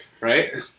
right